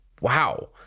wow